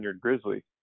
Grizzly